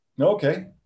okay